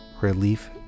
relief